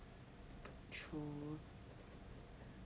true